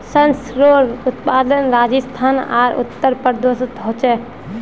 सर्सोंर उत्पादन राजस्थान आर उत्तर प्रदेशोत होचे